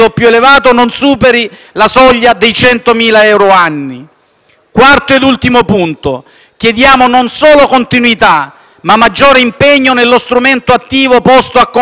quarto ed ultimo punto chiediamo non solo continuità, ma maggiore impegno nello strumento attivo posto a contrasto della povertà: il reddito di inclusione (REI),